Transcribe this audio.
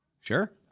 Sure